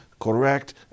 correct